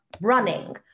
running